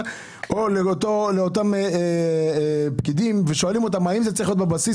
או לאותם פקידים ושואלים אותם האם זה צריך להיות בבסיס